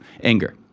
anger